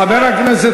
בכלל, למה הוא משמש?